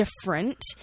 different